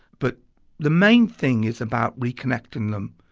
but the main thing is about reconnecting them,